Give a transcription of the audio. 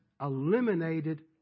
eliminated